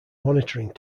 monitoring